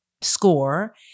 score